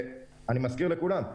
אני מזכיר לכולם,